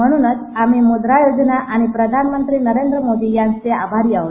म्हणूनच आम्ही मुद्रा योजना आणि प्रधानमंत्री नरेंद्र मोदी यांचे आभारी आहो